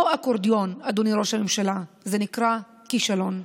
לא אקורדיון, אדוני ראש הממשלה, זה נקרא כישלון.